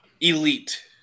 Elite